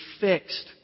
fixed